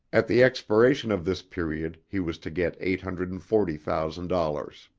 at the expiration of this period he was to get eight hundred and forty thousand dollars.